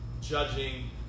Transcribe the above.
judging